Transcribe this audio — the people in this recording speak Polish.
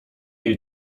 jej